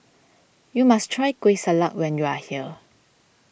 you must try Kueh Salat when you are here